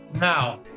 Now